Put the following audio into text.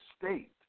state